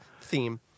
theme